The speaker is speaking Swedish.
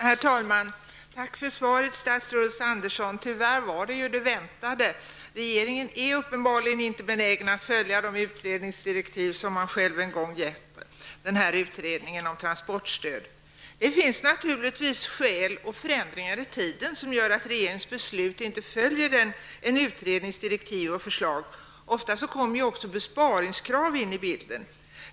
Herr talman! Tack för svaret, statsrådet Tyvärr var svaret det väntade. Regeringen är uppenbarligen inte benägen att följa de utredningsdirektiv den själv en gång gett utredningen om transportstöd. Det finns naturligtvis skäl, t.ex. förändringar i tiden, som gör att regeringens beslut inte följer en utrednings direktiv och förslag. Ofta kommer besparingskrav in i bilden.